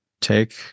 take